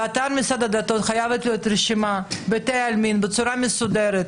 באתר המשרד לשירות דת חייבת להיות רשימה של בתי העלמין בצורה מסודרת,